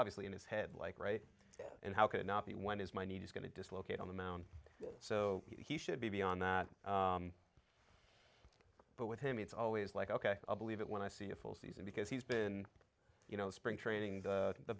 obviously in his head like right and how could it not be when is my knees going to dislocate on the mound so he should be beyond that but with him it's always like ok i'll believe it when i see a full season because he's been you know spring training the